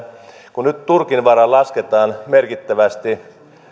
kun nyt turkin varaan lasketaan merkittävästi